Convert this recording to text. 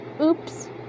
Oops